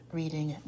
reading